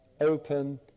open